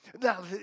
Now